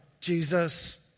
Jesus